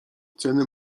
ceny